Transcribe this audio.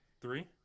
three